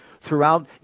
throughout